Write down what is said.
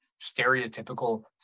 stereotypical